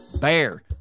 BEAR